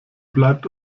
bleibt